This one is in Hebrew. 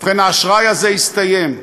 ובכן, האשראי הזה הסתיים.